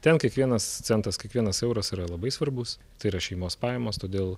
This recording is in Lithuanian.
ten kiekvienas centas kiekvienas euras yra labai svarbus tai yra šeimos pajamos todėl